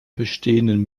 bestehenden